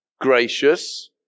gracious